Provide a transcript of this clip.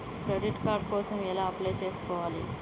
Credit card కోసం ఎలా apply చేసుకోవాలి?